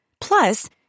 Plus